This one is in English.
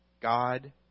God